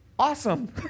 Awesome